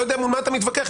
מול מה אתה מתווכח?